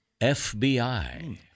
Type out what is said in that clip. fbi